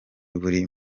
buri